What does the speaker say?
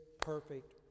perfect